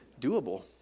doable